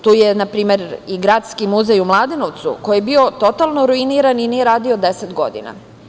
Tu je, na primer, i Gradski muzej u Mladenovcu koji je bio totalno ruiniran i nije radio 10 godina.